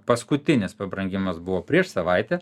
paskutinis pabrangimas buvo prieš savaitę